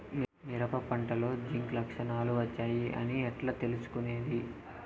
మిరప పంటలో జింక్ లక్షణాలు వచ్చాయి అని ఎట్లా తెలుసుకొనేది?